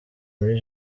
muri